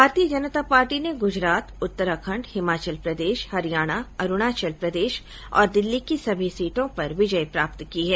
भारतीय जनता पार्टी ने गुजरात उत्तराखंड हिमाचल प्रदेश हरियाणा अरूणाचल प्रदेश और दिल्ली की सभी सीटों पर विजय प्राप्त की है